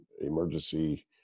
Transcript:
emergency